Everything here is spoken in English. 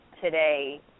today